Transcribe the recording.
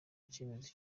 icyemezo